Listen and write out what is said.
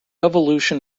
evolution